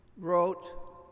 wrote